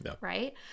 right